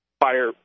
fire